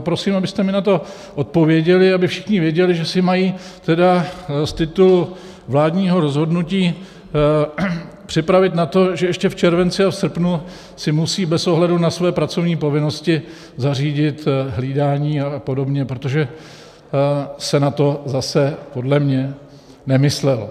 Prosím, abyste mi na to odpověděli, aby všichni věděli, že se mají tedy z titulu vládního rozhodnutí připravit na to, že ještě v červenci a v srpnu si musí bez ohledu na své pracovní povinnosti zařídit hlídání apod., protože se na to zase podle mě nemyslelo.